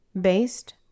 based